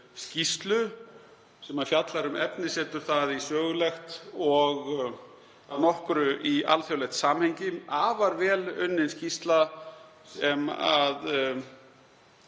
skýrslu sem fjallar um efnið og setur það í sögulegt og að nokkru í alþjóðlegt samhengi, afar vel unnin skýrsla sem